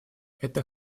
это